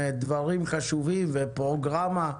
דברים חשובים ופרוגרמה,